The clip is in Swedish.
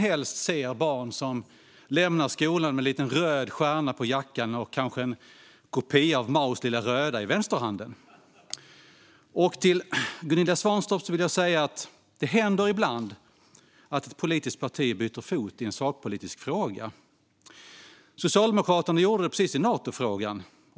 Helst ser man barn lämna skolan med en liten röd stjärna på jackan och kanske en kopia av Maos lilla röda i vänsterhanden. Till Gunilla Svantorp vill jag säga att det ibland händer att ett politiskt parti byter fot i en sakpolitisk fråga. Socialdemokraterna gjorde det precis i Natofrågan.